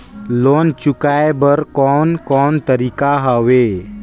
Loan चुकाए बर कोन कोन तरीका हवे?